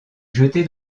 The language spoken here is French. jeté